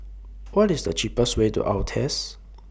What IS The cheapest Way to Altez